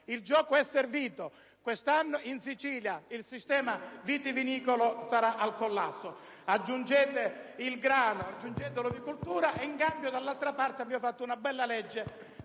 il gioco è servito: quest'anno in Sicilia il sistema vitivinicolo sarà al collasso. Aggiungeteci il problema del grano e dell'olivicoltura; in cambio, dall'altra parte, abbiamo varato una bella legge